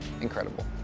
incredible